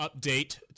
update